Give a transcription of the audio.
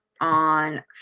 on